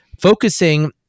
focusing